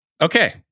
Okay